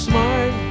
Smart